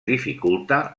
dificulta